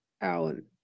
Alan